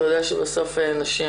אתה יודע שבסוף נשים